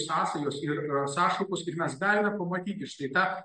sąsajos ir sąšaukos kaip mes galime pamatyti štai tą